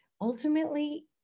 Ultimately